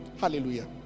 Hallelujah